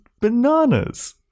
bananas